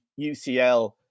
UCL